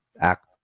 act